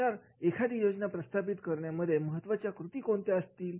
तर एखादी योजना प्रस्थापित करण्यामध्ये महत्त्वाच्या कृती कोणत्या असतील